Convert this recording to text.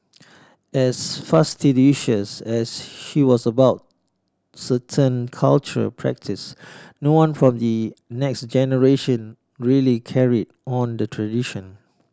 as fastidious as she was about certain cultural practices no one from the next generation really carried on the tradition